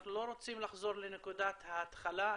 אנחנו לא רוצים לחזור לנקודת ההתחלה,